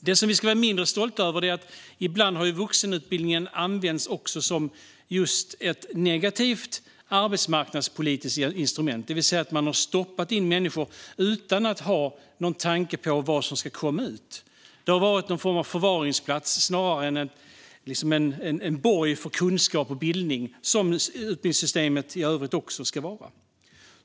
Det vi ska vara mindre stolta över är att vuxenutbildningen ibland har använts som ett negativt arbetsmarknadspolitiskt instrument, det vill säga att man har stoppat in människor utan att ha någon tanke på vad som ska komma ut. Det har varit en form av förvaringsplats snarare än en borg för kunskap och bildning, vilket ju utbildningssystemet annars ska vara.